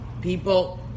people